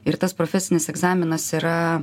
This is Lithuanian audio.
ir tas profesinis egzaminas yra